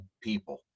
people